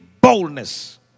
boldness